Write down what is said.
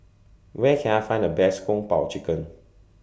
Where Can I Find The Best Kung Po Chicken